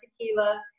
tequila